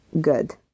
Good